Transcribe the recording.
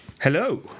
Hello